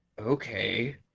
Okay